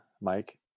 Mike